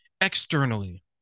externally